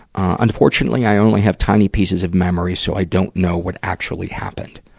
unfortunately, i only have tiny pieces of memory, so i don't know what actually happened.